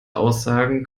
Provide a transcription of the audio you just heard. aussagen